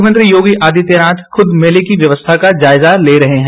मुख्यमंत्री योगी आदित्यनाथ खुद मेले की व्यवस्था का जायजा ले रहे हैं